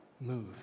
move